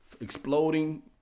exploding